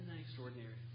extraordinary